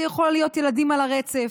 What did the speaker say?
זה יכול להיות ילדים על הרצף,